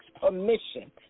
permission